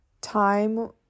time